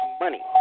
money